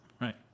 right